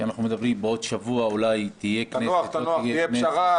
כשאנחנו מדברים שאולי בעוד שבוע תהיה כנסת או לא תהיה כנסת.